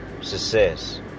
success